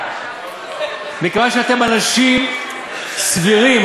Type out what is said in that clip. מכיוון שאתם אנשים סבירים,